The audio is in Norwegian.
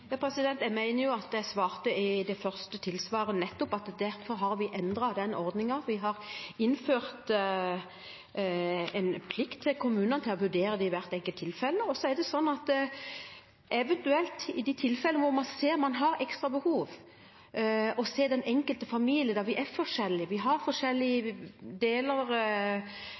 Jeg mener jo at jeg svarte i det første tilsvaret at vi nettopp derfor har endret denne ordningen. Vi har innført en plikt for kommunene til å vurdere det i hvert enkelt tilfelle, og at man, i de tilfellene hvor man ser at det er ekstra behov, ser den enkelte familie. For vi er forskjellige, vi har forskjellige